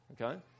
Okay